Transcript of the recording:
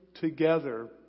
together